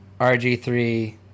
RG3